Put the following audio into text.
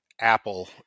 Apple